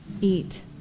eat